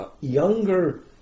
younger